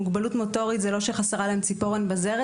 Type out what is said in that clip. מוגבלות מוטורית זה לא שחסרה להם ציפורן בזרת,